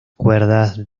cuerdas